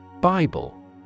Bible